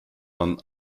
man